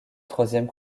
troisième